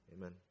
amen